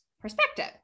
perspective